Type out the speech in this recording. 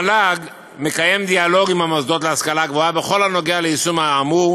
המל"ג מקיימת דיאלוג עם המוסדות להשכלה הגבוהה בכל הנוגע ליישום האמור